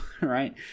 Right